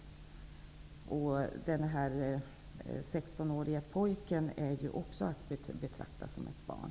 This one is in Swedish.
Denna sextonårige pojke är att betrakta som ett barn.